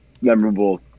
memorable